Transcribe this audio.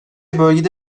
bölgede